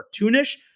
cartoonish